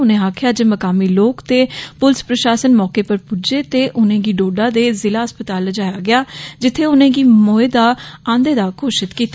उनें आक्खेआ जे मकामी लोक ते पुलस प्रषासन मौके पर पुज्जेआ ते उनेंगी डोडा दे ज़िला अस्पताल लेआया गेया जित्थै उनेंगी मौए दा आनने दा घोशित कीता